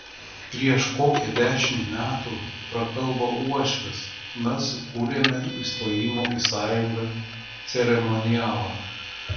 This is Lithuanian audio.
prieš kokią dešimtį metų prakalbo uošvis mes sukūrėme įstojimo į sąjungą ceremonialą